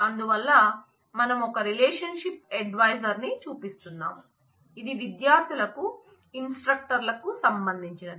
అందువల్ల మనం ఒక రిలేషన్షిప్ ఎడ్వైజర్ ని చూపిస్తున్నాం ఇది విద్యార్థులకు ఇన్స్ట్రక్టర్ లకు సంబంధించినది